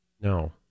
No